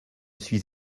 suis